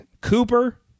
Cooper